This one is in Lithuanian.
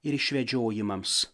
ir išvedžiojimams